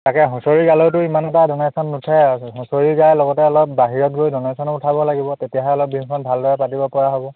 তাকে হুঁচৰি গালেওতো ইমানসোপা ডনেশ্যন নুঠে আৰু হুঁচৰি গাই লগতে অলপ বাহিৰত গৈ ডনেশ্যন উঠাব লাগিব তেতিয়াহে অলপ বিহুখন ভালদৰে পাতিবপৰা হ'ব